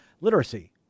literacy